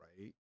right